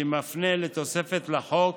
שמפנה לתוספת לחוק,